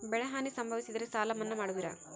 ಬೆಳೆಹಾನಿ ಸಂಭವಿಸಿದರೆ ಸಾಲ ಮನ್ನಾ ಮಾಡುವಿರ?